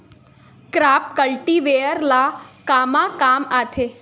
Crop cultivator ला कमा काम आथे?